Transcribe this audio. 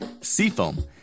Seafoam